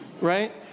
right